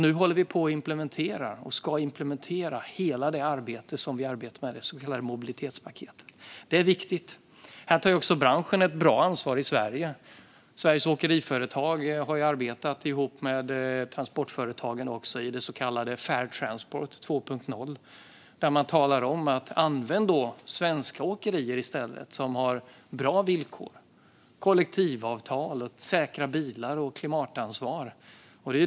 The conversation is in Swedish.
Nu ska vi implementera hela detta arbete, alltså det så kallade mobilitetspaketet, vilket är viktigt. Branschen i Sverige tar också ett stort ansvar. Sveriges åkeriföretag har ju arbetat ihop med transportföretagen i det så kallade Fair Transport 2.0 där man uppmanar: Använd svenska åkerier i stället som har bra villkor, kollektivavtal och säkra bilar och tar klimatansvar!